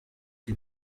die